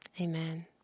Amen